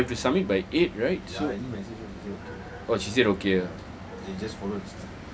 no but we have to submit by eight right so oh she said okay